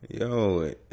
Yo